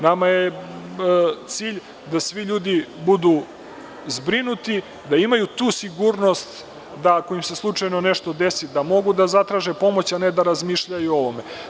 Nama je cilj da svi ljudi budu zbrinuti, da imaju tu sigurnost, da ako im se slučajno nešto da mogu da zatraže pomoć, a ne da razmišljaju o ovome.